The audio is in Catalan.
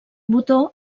botó